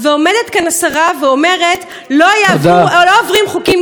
ועומדת כאן השרה ואומרת: לא יעברו, תודה.